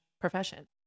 profession